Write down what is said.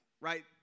right